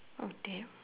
oh damn